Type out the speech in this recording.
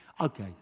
Okay